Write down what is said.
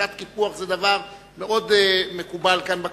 הרגשת קיפוח זה דבר מאוד מקובל כאן בכנסת.